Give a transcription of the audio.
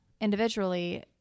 individually